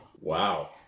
Wow